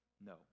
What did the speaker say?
No